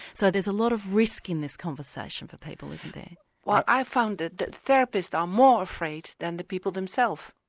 so there's a lot of risk in this conversation for people isn't there? i found that that therapists are more afraid than the people themselves.